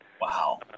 Wow